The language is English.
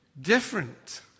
different